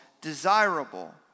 desirable